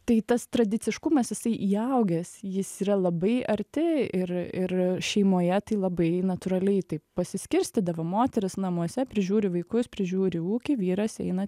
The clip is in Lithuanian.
tai tas tradiciškumas jisai įaugęs jis yra labai arti ir ir šeimoje tai labai natūraliai taip pasiskirstydavo moteris namuose prižiūri vaikus prižiūri ūkį vyras eina